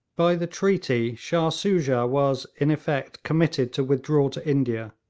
by the treaty, shah soojah was in effect committed to withdraw to india,